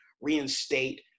reinstate